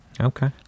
okay